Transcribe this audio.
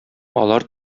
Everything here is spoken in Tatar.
алар